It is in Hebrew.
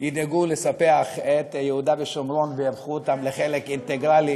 ידאגו לספח את יהודה ושומרון ויהפכו אותם לחלק אינטגרלי